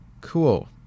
Cool